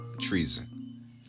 treason